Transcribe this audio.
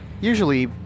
usually